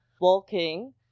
walking